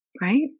Right